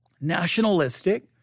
nationalistic